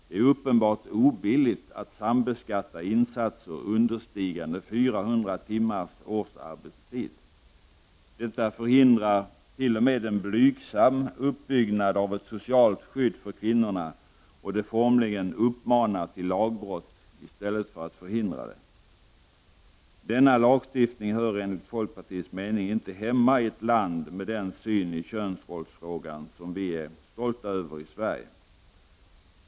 Det är uppenbart obilligt att sambeskatta insatser understigande 400 timmars årsarbetstid. Det förhindrar t.o.m. en blygsam uppbyggnad av ett socialt skydd för kvinnorna, och det formligen uppmanar till lagbrott i stället för att förhindra detta. Denna lagstiftning hör enligt folkpartiets mening inte hemma i ett land med den syn i könsrollsfrågan som vi är stolta över i Sverige.